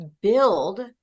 build